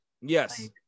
Yes